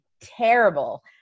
terrible